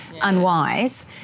unwise